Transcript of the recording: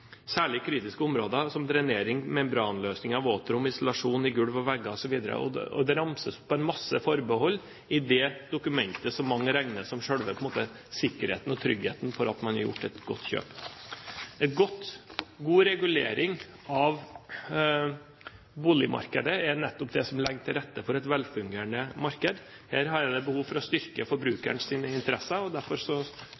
særlig kritiske områder som drenering, membranløsning i våtrom, isolasjon i gulv og vegger, osv. Det ramses opp mange forbehold i det dokumentet som mange regner som selve sikkerheten og tryggheten for at man har gjort et godt kjøp. God regulering av boligmarkedet er nettopp det som legger til rette for et velfungerende marked. Her er det behov for å styrke